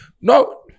No